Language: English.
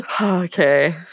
Okay